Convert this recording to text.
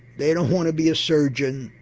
they don't want to be a surgeon.